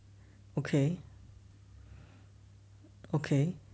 okay okay